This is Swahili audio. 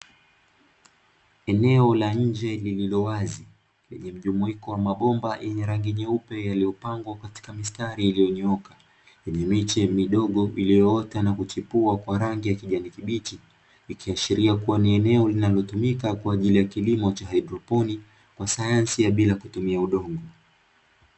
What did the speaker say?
Eneo la nje lililowazi, lenye mjumuiko wa mabomba yenye rangi nyeupe yaliyopangwa katika mistari iliyonyooka, yenye miche midogo iliyoota na kuchipua kwa rangi ya kijani kibichi. Ikiashiria kuwa ni eneo linalotumika kwa ajili ya kilimo cha haidroponi kwa sayansi ya bila kutumia udongo.